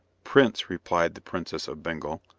prince, replied the princess of bengal,